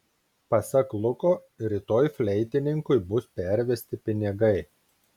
pasak luko rytoj fleitininkui bus pervesti pinigai